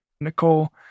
Nicole